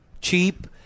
Cheap